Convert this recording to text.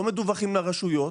לא מדווחים לרשויות.